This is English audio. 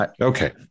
Okay